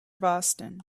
boston